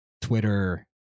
Twitter